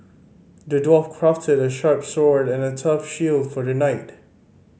the dwarf crafted a sharp sword and a tough shield for the knight